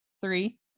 Three